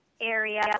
area